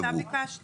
לא, אתה ביקשת.